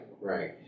right